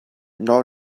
nor